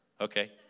Okay